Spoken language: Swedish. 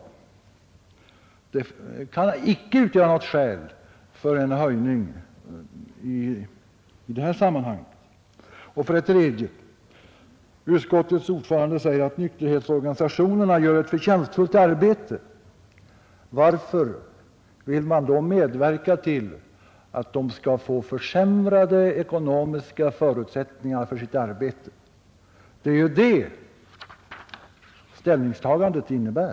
Men det kan inte utgöra skäl mot en höjning av anslaget i detta sammanhang. För det tredje säger utskottets ordförande att nykterhetsorganisationerna uträttar ett förtjänstfullt arbete. Varför vill man då medverka till att de skall få försämrade ekonomiska förutsättningar för sitt arbete? Det är ju det som ställningstagandet innebär.